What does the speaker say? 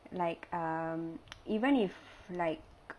like um even if like